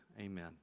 Amen